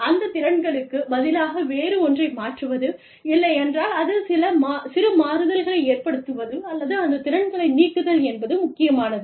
அந்த திறன்களுக்குப் பதிலாக வேறு ஒன்றை மாற்றுவது இல்லையென்றால் அதில் சிறு மாறுதல்களை ஏற்படுத்துவது அல்லது அந்த திறன்களை நீக்குதல் என்பது முக்கியமானது